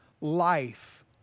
life